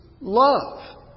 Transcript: love